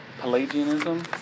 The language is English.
Pelagianism